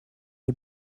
est